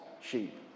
sheep